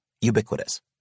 ubiquitous